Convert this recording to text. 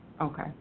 Okay